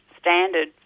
standard